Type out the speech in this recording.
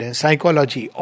psychology